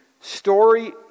story